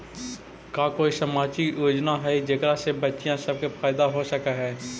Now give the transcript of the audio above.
का कोई सामाजिक योजना हई जेकरा से बच्चियाँ सब के फायदा हो सक हई?